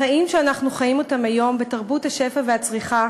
החיים שאנחנו חיים היום בתרבות השפע והצריכה